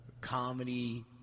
Comedy